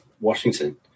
Washington